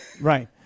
Right